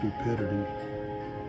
stupidity